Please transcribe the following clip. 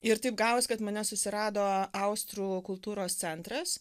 ir taip gavos kad mane susirado austrų kultūros centras